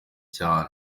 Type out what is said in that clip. cyane